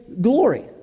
glory